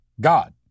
God